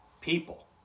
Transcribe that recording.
people